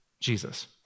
Jesus